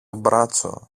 μπράτσο